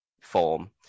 form